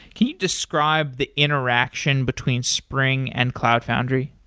can you describe the interaction between spring and cloud foundry?